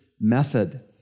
method